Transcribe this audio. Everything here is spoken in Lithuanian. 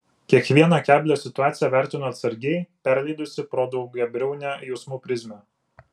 kiekvieną keblią situaciją vertino atsargiai perleidusi pro daugiabriaunę jausmų prizmę